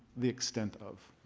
the extent of.